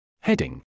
Heading